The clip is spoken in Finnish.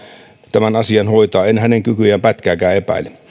tämän asian hoitaa en hänen kykyjään pätkääkään epäile